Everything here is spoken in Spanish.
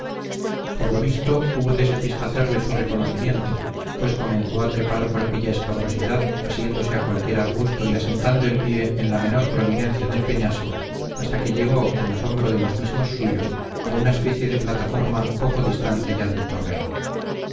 por lo visto hubo de satisfacerle su reconocimiento pues comenzó a trepar por aquella escabrosidad asiéndose a cualquier arbusto y asentando el pie en la menor prominencia del peñasco hasta que llegó con asombro de los mismos suyos a una especie de plataforma poco distante ya del torreón